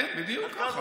כן, בדיוק ככה.